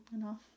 enough